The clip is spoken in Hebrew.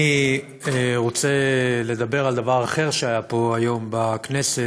אני רוצה לדבר על דבר אחר שהיה פה היום בכנסת.